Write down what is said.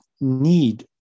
need